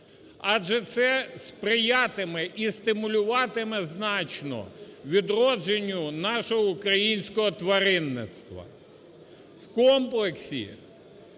адже це сприятиме і стимулюватиме значно відродженню нашого українського тваринництва.